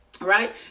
right